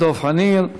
דב חנין,